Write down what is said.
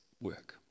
work